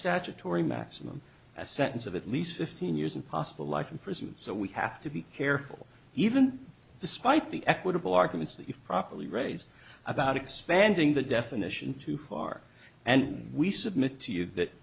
statutory maximum sentence of at least fifteen years and possible life imprisonment so we have to be careful even despite the equitable arguments that if properly raised about expanding the definition too far and we submit to you that